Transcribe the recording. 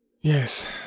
Yes